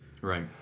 Right